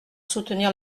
soutenir